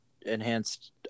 enhanced